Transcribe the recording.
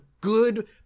good